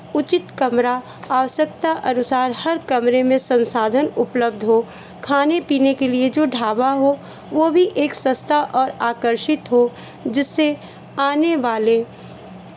उचित कमरा आवश्यकता अनुसार हर कमरे में संसाधन उपलब्ध हो खाने पीने के लिए जो ढाबा हो वो भी एक सस्ता और आकर्षित हो जिससे आने वाले